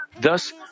thus